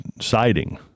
siding